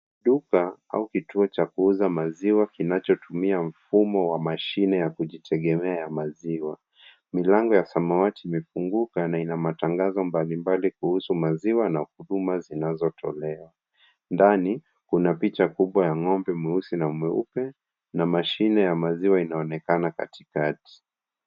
Duka au kituo cha kuuza maziwa kinachotumia mfumo wa mashine ya kujitegemea ya maziwa, milango ya samawati imefunguka na ina matangazo mbalimbali kuhusu maziwa na huduma zinazotolewa, ndani kuna picha kubwa ya ng'ombe mweusi na mweupe na mashine ya maziwa inaonekana katikati.